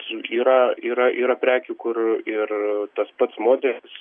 yra yra yra prekių kur ir tas pats modelis